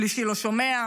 שלישי לא שומע.